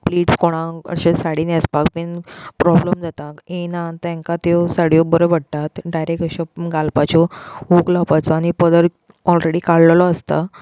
plates कोणाक अशें साडी न्हेसपाक बीन प्रोब्लेम जाता येयना तांकां त्यो साडयो बऱ्यो पडटा डायरेक्ट अश्यो घालपाच्यो हूक लावपाचो आनी पदर ऑलरेडी काडललो आसता